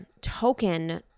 token